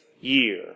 year